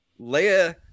Leia